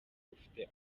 bufite